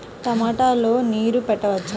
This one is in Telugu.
టమాట లో నీరు పెట్టవచ్చునా?